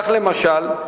למשל,